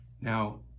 Now